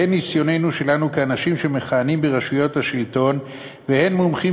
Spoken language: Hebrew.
הן ניסיוננו-שלנו כאנשים שמכהנים ברשויות השלטון והן מומחים